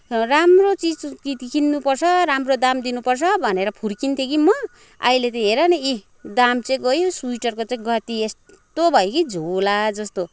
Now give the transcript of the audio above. राम्रो चिज किन्नु पर्छ राम्रो दाम दिनुपर्छ भनेर फुर्किन्थेँ कि म अहिले त हेर न इ दाम चाहिँ गयो स्वेटरको चाहिँ गति यस्तो भयो कि झोलाजस्तो